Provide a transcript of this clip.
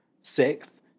Sixth